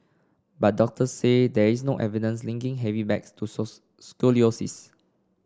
but doctor say there is no evidence linking heavy bags to scoliosis